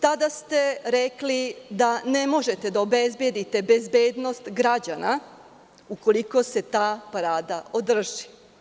Tada ste rekli da ne možete da obezbedite bezbednost građana ukoliko se ta parada održi.